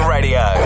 Radio